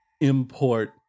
import